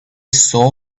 saw